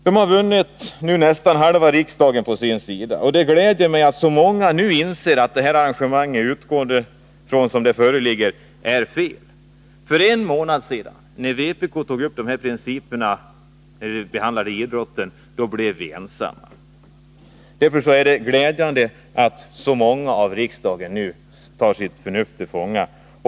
Den har nu vunnit nästan halva riksdagen på sin sida. Det gläder mig att så många med utgångspunkt i det nu föreliggande förslaget inser att det är felaktigt att gå in på detta arrangemang. För en månad sedan, när vi diskuterade idrottsanslagen, blev vi inom vpk ensamma när vi tog upp de här principerna. Därför är det glädjande att så många av riksdagens ledamöter nu tar sitt förnuft till fånga.